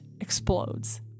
explodes